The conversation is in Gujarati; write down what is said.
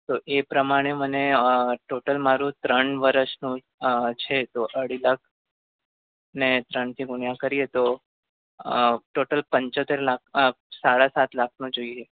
તો એ પ્રમાણે મને ટોટલ મારું ત્રણ વર્ષનું છે તો અઢી લાખ ને ત્રણથી ગુણ્યા કરીએ તો ટોટલ પંચોતેર લાખ સાડા સાત લાખનો જોઈએ